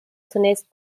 zunächst